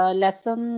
lesson